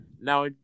now